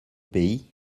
pays